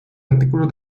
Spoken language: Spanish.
artículos